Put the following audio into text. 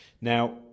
Now